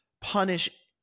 punish